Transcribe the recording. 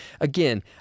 Again